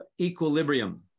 equilibrium